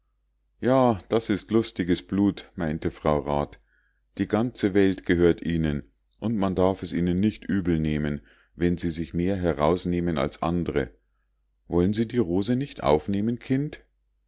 ja das ist lustiges blut meinte frau rat die ganze welt gehört ihnen und man darf es ihnen nicht übel nehmen wenn sie sich mehr herausnehmen als andre wollen sie die rose nicht aufnehmen kind